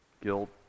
Guilt